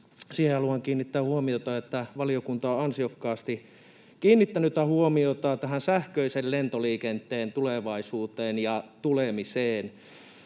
siihen haluan kiinnittää huomiota, että valiokunta on ansiokkaasti kiinnittänyt huomiota sähköisen lentoliikenteen tulevaisuuteen ja tulemiseen.